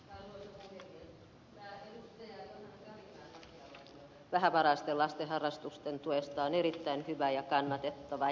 johanna karimäen lakialoite vähävaraisten lasten harrastusten tuesta on erittäin hyvä ja kannatettava